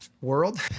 world